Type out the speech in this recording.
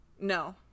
no